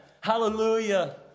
Hallelujah